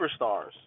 superstars